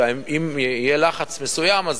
שאם יהיה לחץ מסוים אז